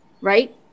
right